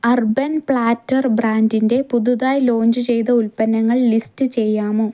urban Platter ബ്രാൻഡിന്റെ പുതുതായി launch ചെയ്ത ഉൽപ്പന്നങ്ങൾ ലിസ്റ്റ് ചെയ്യാമോ